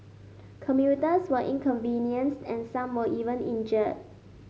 commuters were inconvenienced and some were even injured